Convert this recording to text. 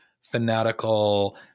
fanatical